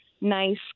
nice